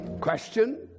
Question